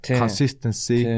consistency